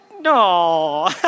No